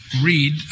read